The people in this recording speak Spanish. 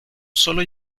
sólo